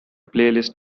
playlist